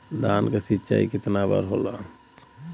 धान क सिंचाई कितना बार होला?